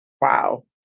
Wow